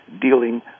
dealing